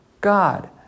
God